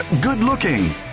good-looking